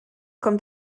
kommt